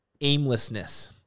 aimlessness